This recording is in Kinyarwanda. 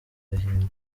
agahinda